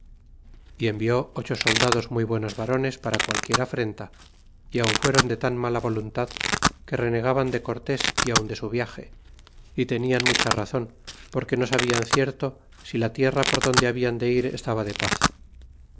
y envió ocho soldados muy buenos varones para qualquiera afrenta y aun fuéron de tan mala voluntad que renegaban de cortés y aun de su viage y tenian mucha razon porque no sabian cierto si la tierra por donde habian de ir estaba de paz